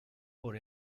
por